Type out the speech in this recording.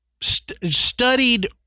studied